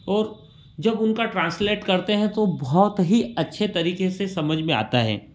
और जब उनका ट्रांसलेट करते हैं तो बहुत ही अच्छे तरीके से समझ में आता है